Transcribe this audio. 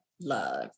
love